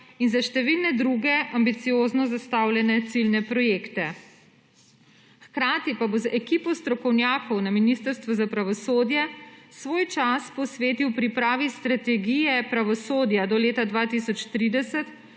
in za številne druge ambiciozno zastavljene ciljne projekte. Hkrati pa bo z ekipo strokovnjakov na Ministrstvu za pravosodje svoj čas posvetil pripravi strategije pravosodja do leta 2030,